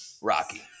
Rocky